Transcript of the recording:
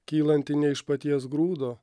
kylanti ne iš paties grūdo